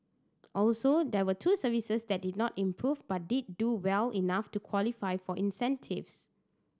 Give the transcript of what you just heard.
also there were two services that did not improve but did do well enough to qualify for incentives